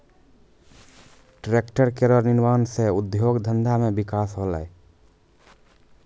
tractor केरो निर्माण सँ उद्योग धंधा मे बिकास होलै